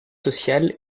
social